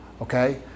okay